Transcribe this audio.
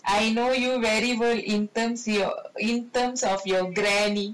I know you very well in terms your in terms of your granny